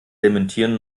dementieren